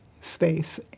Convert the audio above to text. space